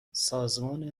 سازمان